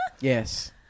Yes